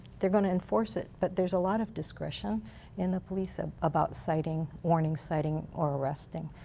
they're going to enforce it. but there's a lot of discretion in the police ah about citing, warning, citing or arresting.